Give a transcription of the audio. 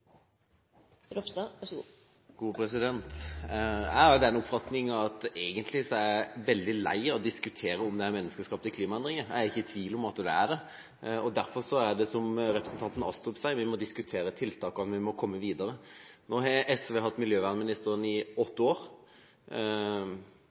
å diskutere om det er menneskeskapte klimaendringer. Jeg er ikke i tvil om at det er det. Derfor, som representanten Astrup sier, må vi diskutere tiltak og komme videre. Nå har SV hatt miljøvernministeren i